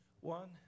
one